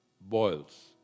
boils